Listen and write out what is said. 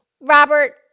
Robert